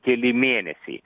keli mėnesiai